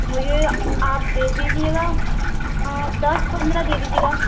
مجھے آپ دے دیجیے گا دس پندرہ دے دیجیے گا